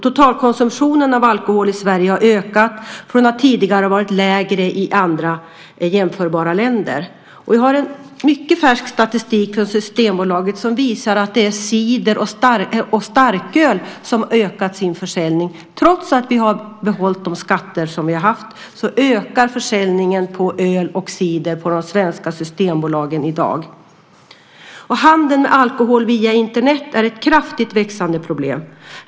Totalkonsumtionen av alkohol i Sverige har ökat från att tidigare ha varit lägre än i andra jämförbara länder. Det finns färsk statistik från Systembolaget som visar att cider och starkölsförsäljningen har ökat. Trots att skatterna har behållits ökar försäljningen av öl och cider på de svenska systembolagsbutikerna i dag. Handeln med alkohol via Internet är ett kraftigt växande problem.